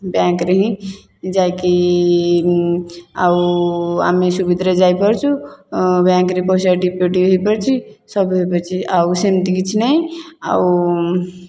ବ୍ୟାଙ୍କରେ ହିଁ ଯାଇକି ଆଉ ଆମେ ସୁବିଧାରେ ଯାଇ ପାରୁଛୁ ବ୍ୟାଙ୍କରେ ପଇସା ଡିପୋଜିଟ୍ ହେଇପାରୁଛି ସବୁ ହେଇପାରୁଛି ଆଉ ସେମିତି କିଛି ନାଇଁ ଆଉ